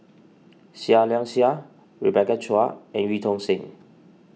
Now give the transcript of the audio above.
Seah Liang Seah Rebecca Chua and Eu Tong Sen